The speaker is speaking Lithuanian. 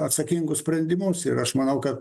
atsakingus sprendimus ir aš manau kad